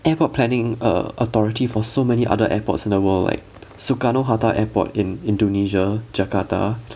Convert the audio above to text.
airport planning err authority for so many other airports in the world like soekarno hatta airport in indonesia jakarta